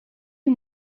you